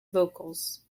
vocals